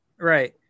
Right